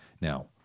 Now